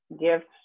gifts